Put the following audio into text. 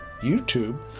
YouTube